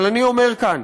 אבל אני אומר כאן: